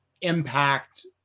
impact